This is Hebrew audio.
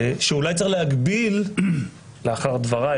לאחר דבריי